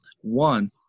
One